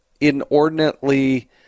inordinately